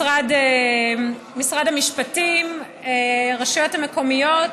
משרד המשפטים, הרשויות המקומיות.